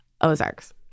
Ozarks